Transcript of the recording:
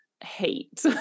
hate